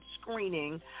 screening